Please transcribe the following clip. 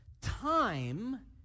Time